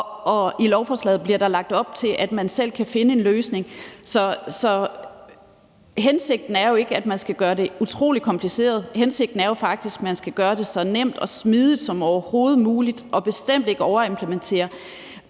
og i lovforslaget bliver der lagt op til, at man selv kan finde en løsning. Så hensigten er jo ikke, at man skal gøre det utrolig kompliceret. Hensigten er faktisk, at man skal gøre det så nemt og smidigt som overhovedet muligt og bestemt ikke overimplementere.